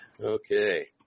Okay